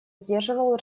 сдерживал